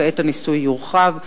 כעת הניסוי יורחב,